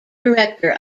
director